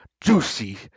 juicy